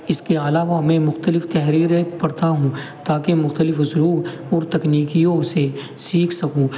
اس کے علاوہ میں مختلف تحریریں پڑھتا ہوں تاکہ مختلف اسلوب اور تکنیکوں سے سیکھ سکوں